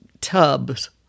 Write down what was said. tubs